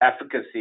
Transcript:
efficacy